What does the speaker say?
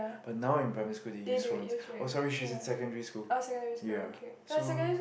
but now in primary school they use phones oh sorry she is in secondary school ya so